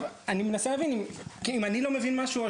אני מנסה להבין, כי אם אני לא מבין משהו או